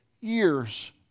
years